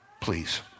please